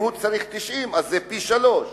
אם הוא צריך 90 זה פי-שלושה,